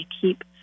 keep